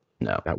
No